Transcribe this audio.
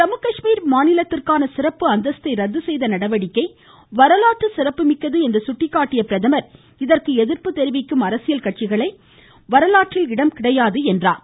ஜம்மு காஷ்மீர் மாநிலத்திற்கான சிறப்பு அந்தஸ்தை ரத்து செய்த நடவடிக்கை வரலாற்று சிறப்பு மிக்கது என்று சுட்டிக்காட்டிய அவர் இதற்கு எதிர்ப்பு தெரிவிக்கும் அரசியல் கட்சிகளை வரலாற்றில் இடம் கிடையாது என்று குறிப்பிட்டார்